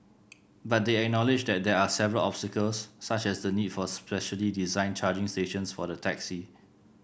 but they acknowledged that there are several obstacles such as the need for specially designed charging stations for the taxi